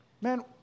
Man